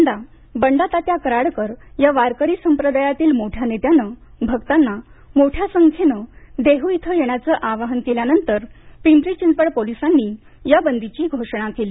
यंदा बंडातात्या कराडकर या वारकरी संप्रदायातील मोठ्या नेत्यानं भक्तांना मोठ्या संख्येने देहू येथे येण्याचं आवाहन केल्यानंतर पिंपरी चिंचवड पोलिसांनी या बंदीची घोषणा केली